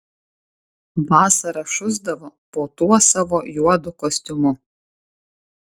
vasarą šusdavo po tuo savo juodu kostiumu